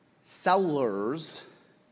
sellers